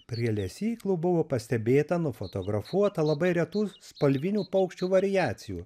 prie lesyklų buvo pastebėta nufotografuota labai retų spalvinių paukščių variacijų